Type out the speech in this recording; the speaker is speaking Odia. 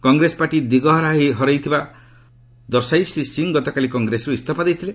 କଂଗ୍ରେସ ପାର୍ଟି ଦିଗହରା ହାଇଥିବା ଦର୍ଶାଇ ଶ୍ରୀ ସିଂ ଗତକାଲି କଂଗ୍ରେସରୁ ଇସ୍ତଫା ଦେଇଥିଲେ